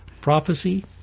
Prophecy